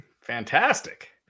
Fantastic